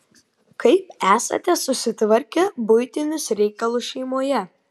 kaip esate susitvarkę buitinius reikalus šeimoje